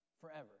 Forever